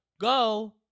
go